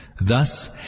Thus